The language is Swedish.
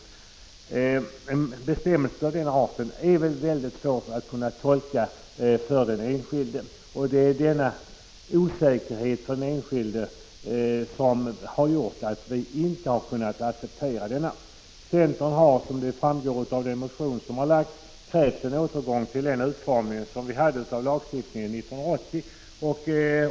En bestämmelse av den arten är väldigt svår att tolka för den enskilde, och det är denna osäkerhet för den enskilde som har gjort att vi inte har kunnat acceptera en sådan bestämmelse. Centern har, som framgår av den motion som väckts, krävt en återgång till den utformning som lagstiftningen hade 1980.